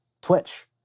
Twitch